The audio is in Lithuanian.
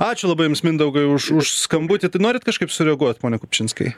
ačiū labai jums mindaugai už už skambutį tai norit kažkaip sureaguot pone kupčinskai